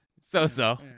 So-so